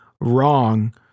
wrong